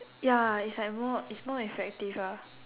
ya it's like more it's more effective ah